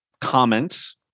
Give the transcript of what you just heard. comments